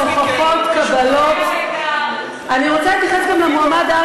הוכחות, קבלות, חוץ מכם עוד מישהו מאמין בזה?